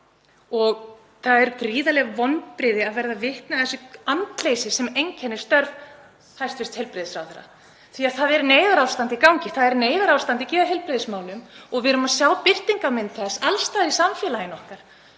og það eru gríðarleg vonbrigði að verða vitni að því andleysi sem einkennir störf hæstv. heilbrigðisráðherra því það er neyðarástand í gangi. Það er neyðarástand í geðheilbrigðismálum og við erum að sjá birtingarmynd þess alls staðar í samfélaginu okkar.